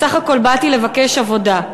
בסך הכול באתי לבקש עבודה'.